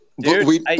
Dude